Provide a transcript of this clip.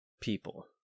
people